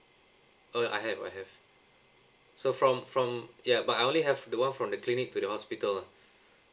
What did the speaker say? uh I have I have so from from ya but I only have the one from the clinic to the hospital lah